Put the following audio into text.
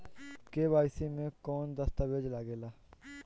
KYC मे कौन दश्तावेज लागेला?